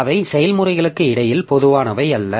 அவை செயல்முறைகளுக்கு இடையில் பொதுவானவை அல்ல